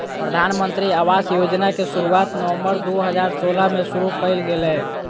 प्रधानमंत्री आवास योजना के शुरुआत नवम्बर दू हजार सोलह में शुरु कइल गेलय